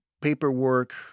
paperwork